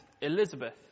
Elizabeth